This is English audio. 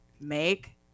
make